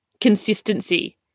consistency